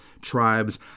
tribes